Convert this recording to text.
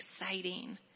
exciting